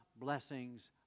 blessings